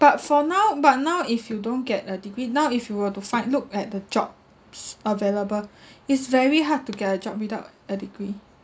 but for now but now if you don't get a degree now if you were to find look at the jobs available is very hard to get a job without a degree